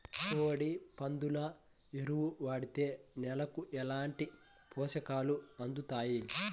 కోడి, పందుల ఎరువు వాడితే నేలకు ఎలాంటి పోషకాలు అందుతాయి